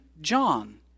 John